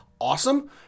awesome